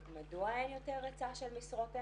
מדוע אין יותר היצע של משרות אם.